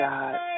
God